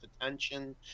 attention